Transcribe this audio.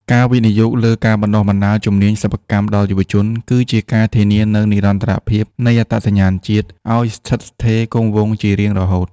ការវិនិយោគលើការបណ្ដុះបណ្ដាលជំនាញសិប្បកម្មដល់យុវជន គឺជាការធានានូវនិរន្តរភាពនៃអត្តសញ្ញាណជាតិ ឱ្យស្ថិតស្ថេរគង់វង្សជារៀងរហូត។